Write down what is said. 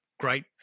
great